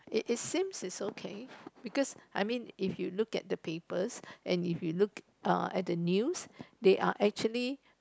is it seems is okay because I mean if you look at the papers and if you look uh at the news they are actually